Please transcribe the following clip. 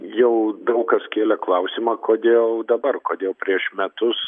jau daug kas kėlė klausimą kodėl dabar kodėl prieš metus